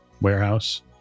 warehouse